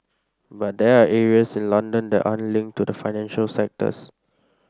but there are areas in London that aren't linked to the financial sectors